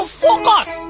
focus